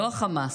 לא החמאס,